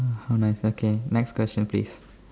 how nice okay next question please